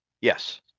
yes